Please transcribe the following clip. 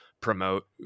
promote